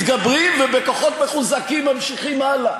מתגברים ובכוחות מחוזקים ממשיכים הלאה.